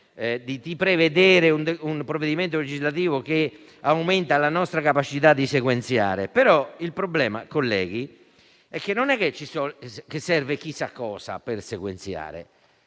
prevedere un provvedimento legislativo che aumenti la nostra capacità di sequenziare, ma il problema, colleghi, è che non serve chissà cosa per sequenziare.